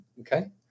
Okay